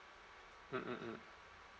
mm mm mm